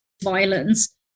violence